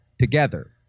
together